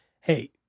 hey